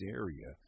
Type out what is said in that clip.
area